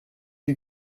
die